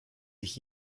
ich